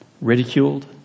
ridiculed